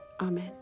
Amen